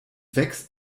wächst